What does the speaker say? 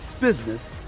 business